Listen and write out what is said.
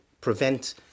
prevent